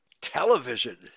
television